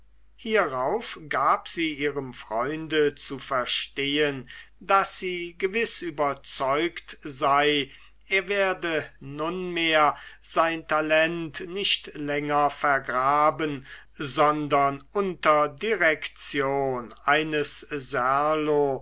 hierauf gab sie ihrem freunde zu verstehen daß sie gewiß überzeugt sei er werde nunmehr sein talent nicht länger vergraben sondern unter direktion eines